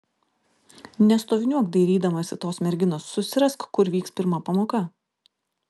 nestoviniuok dairydamasi tos merginos susirask kur vyks pirma pamoka